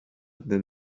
than